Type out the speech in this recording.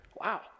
Wow